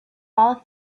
all